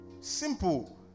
Simple